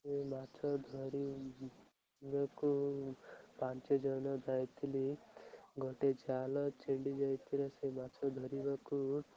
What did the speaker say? ମୁଁ ମାଛ ଧରିବାକୁ ପାଞ୍ଚଜଣ ଯାଇଥିଲି ଗୋଟେ ଜାଲ ଛିଣ୍ଡି ଯାଇଥିଲା ସେ ମାଛ ଧରିବାକୁ